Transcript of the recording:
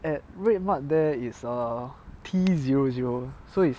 at RedMart there is err T zero zero so it's